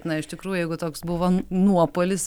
na iš tikrųjų jeigu toks buvo nuopolis